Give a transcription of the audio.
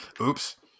Oops